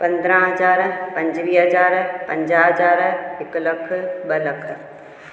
पंदरहां हज़ार पंजवीह हज़ार पंजाह हज़ार हिकु लखु ॿ लख